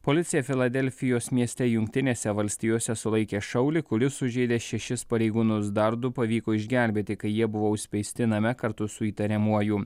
policija filadelfijos mieste jungtinėse valstijose sulaikė šaulį kuris sužeidė šešis pareigūnus dar du pavyko išgelbėti kai jie buvo užspeisti name kartu su įtariamuoju